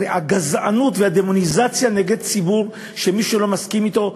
הרי הגזענות והדמוניזציה נגד ציבור שמי שלא מסכים אתו,